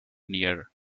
near